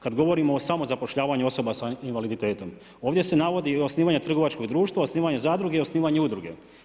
Kad govorimo o samozapošljavanju osoba sa invaliditetom, ovdje se navodi osnivanje trgovačkog društva, osnivanje zadruge, osnivanje udruge.